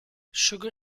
sugar